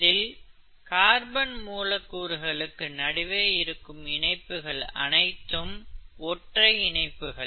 இதில் கார்பன் மூலக்கூறுகளுக்கு நடுவே இருக்கும் இணைப்புகள் அனைத்தும் ஒற்றை இணைப்புகள்